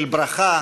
של ברכה